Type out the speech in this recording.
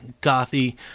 gothy